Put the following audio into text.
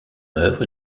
œuvre